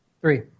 Three